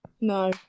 No